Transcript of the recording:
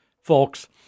folks